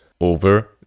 over